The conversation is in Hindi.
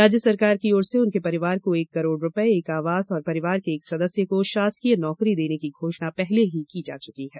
राज्य सरकार की ओर से उनके परिवार को एक करोड़ रूपये एक आवास और परिवार के एक सदस्य को शासकीय नौकरी देने की घोषणा पहले ही की जा चुकी है